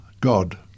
God